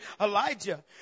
Elijah